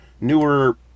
newer